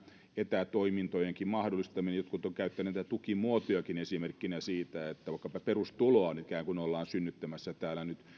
etätoimintojenkin mahdollistaminen jotkut ovat käyttäneet näitä tukimuotojakin esimerkkinä siitä että vaikkapa perustuloa ikään kuin ollaan synnyttämässä täällä nyt